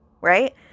right